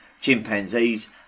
Chimpanzees